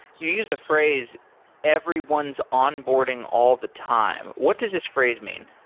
you use a phrase everyone's onboarding all the time. what does this phrase mean?